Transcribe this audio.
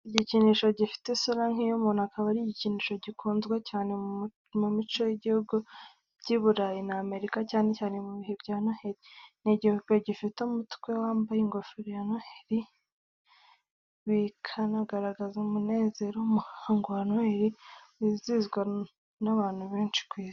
Igikinisho gifite isura nk'iy'umuntu, akaba ari igikinisho gikunzwe cyane mu mico y’ibihugu by’i Burayi n’Amerika cyane cyane mu bihe bya noheri. ni igipupe gifite umutwe wambaye ingofero ya noheri, bikanagaragaza umunezero, umuhango wa noheri wizihizwa n'abantu benshi kw'isi.